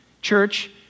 Church